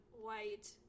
white